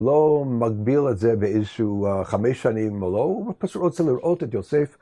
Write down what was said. לא מגביל את זה באיזשהו חמש שנים או לא, הוא פשוט רוצה לראות את יוסף.